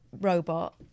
robot